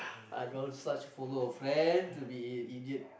I don't want such follow a friend to be an idiot